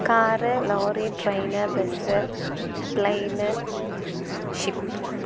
car lorry train bus plain ship